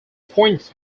point